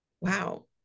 wow